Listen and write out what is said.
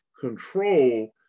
control